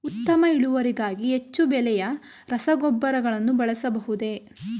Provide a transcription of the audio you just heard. ಉತ್ತಮ ಇಳುವರಿಗಾಗಿ ಹೆಚ್ಚು ಬೆಲೆಯ ರಸಗೊಬ್ಬರಗಳನ್ನು ಬಳಸಬಹುದೇ?